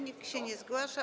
Nikt się nie zgłasza.